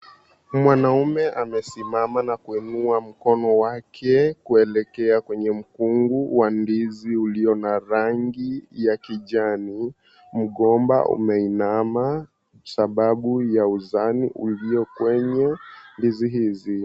Mwanamume amesimama na kuenua mkono wake kuelekea kwenye mkungu wa ndizi ulio na rangi ya kijani, mgomba umeinama kwa zababu ya uzani ulio kwenye ndizi hizi.